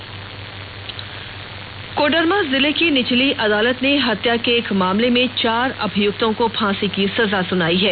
सजा कोडरमा जिले की निचली अदालत ने हत्या के एक मामले में चार अभियुक्तों को फांसी की सजा सुनायी है